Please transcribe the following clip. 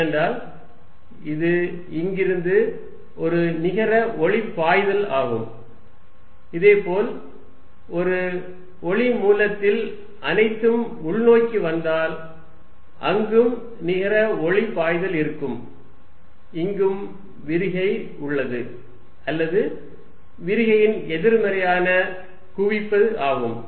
ஏனென்றால் இது இங்கிருந்து ஒரு நிகர ஒளி பாய்தல் ஆகும் இதேபோல் ஒரு ஒளி மூலத்தில் அனைத்தும் உள் நோக்கி வந்தால் அங்கும் நிகர ஒளி பாய்தல் இருக்கும் இங்கும் விரிகை உள்ளது அல்லது விரிகையின் எதிர்மறையானது குவிப்பு ஆகும்